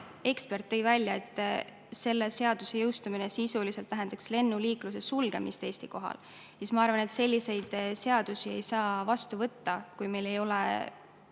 ekspert tõi ka välja, et selle seaduse jõustumine sisuliselt tähendaks lennuliikluse sulgemist Eesti kohal –, siis ma arvan, et selliseid seadusi ei saa vastu võtta, kui meil ei ole